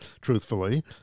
truthfully